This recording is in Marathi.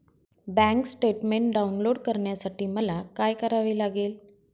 बँक स्टेटमेन्ट डाउनलोड करण्यासाठी मला काय करावे लागेल?